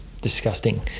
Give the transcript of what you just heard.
disgusting